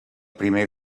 primer